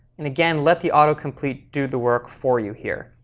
and again, let the autocomplete do the work for you here.